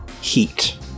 heat